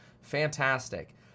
Fantastic